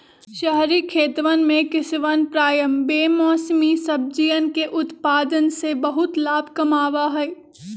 शहरी खेतवन में किसवन प्रायः बेमौसमी सब्जियन के उत्पादन से बहुत लाभ कमावा हई